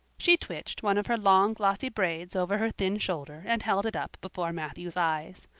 she twitched one of her long glossy braids over her thin shoulder and held it up before matthew's eyes.